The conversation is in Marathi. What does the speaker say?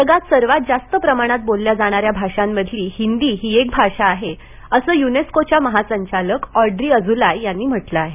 जगात सर्वात जास्त प्रमाणात बोलल्या जाणाऱ्या भाषांमधली हिंदी ही एक भाषा आहे असं यूनेस्कोच्या महासंचालक ऑड्री अज्ञोउले यांनी म्हटलं आहे